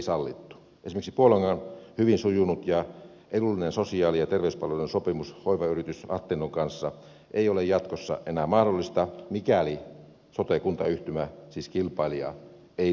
esimerkiksi puolangan hyvin sujunut ja edullinen sosiaali ja terveyspalveluiden sopimus hoivayritys attendon kanssa ei ole jatkossa enää mahdollista mikäli sote kuntayhtymä siis kilpailija ei sitä halua